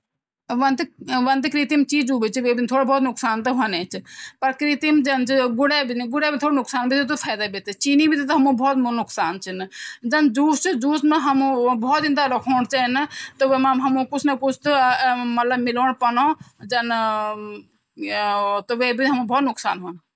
सूति कमीज़ बड़ोंड़ो ते कपास ते धागों माँ बदल्दन। करघा पर लम्बाई हिसाब से धागा और क्रासवाइज़ धागूँ ते आपस माँ ज्वोड़दन।